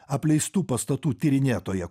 apleistų pastatų tyrinėtoja